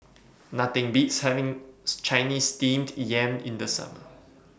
Nothing Beats having Chinese Steamed Yam in The Summer